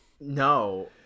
No